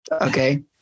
Okay